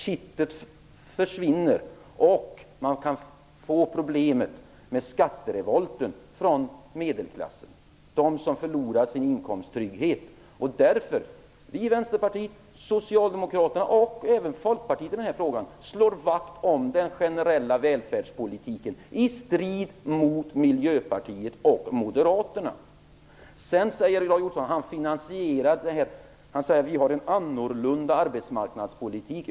Kittet försvinner, och det kan bli problem med en skatterevolt från medelklassen, de som förlorar sin inkomsttrygghet. Det är därför vi i Vänsterpartiet, Socialdemokraterna och i den här frågan även Folkpartiet slår vakt om den generella välfärdspolitiken, i strid mot Miljöpartiet och Moderaterna. Sedan säger Roy Ottosson att han finansierar sina skattesänkningsförslag. Han säger att han har en annorlunda arbetsmarknadspolitik.